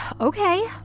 Okay